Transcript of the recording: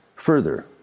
Further